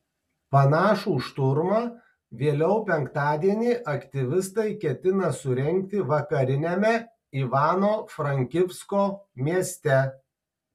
panašų šturmą vėliau penktadienį aktyvistai ketina surengti vakariniame ivano frankivsko mieste